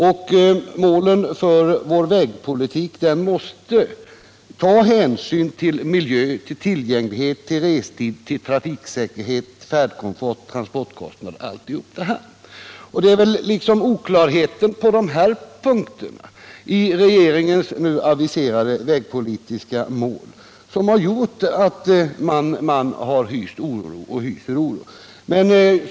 I målen för vår vägpolitik måste tas hänsyn till miljö, tillgänglighet, restid, trafiksäkerhet, komfort och transportkostnader. Det är oklarheten på de här punkterna i regeringens nu aviserade vägpolitiska mål som har gjort att man har hyst och hyser oro.